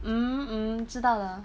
mm mm 知道了